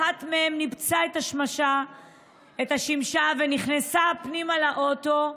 אחת מהן ניפצה את השמשה ונכנסה פנימה לאוטו.